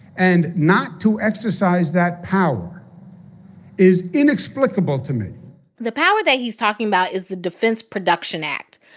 and not to exercise that power is inexplicable to me the power that he's talking about is the defense production act.